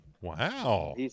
Wow